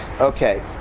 Okay